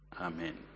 Amen